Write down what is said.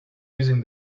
using